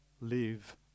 live